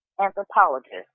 anthropologist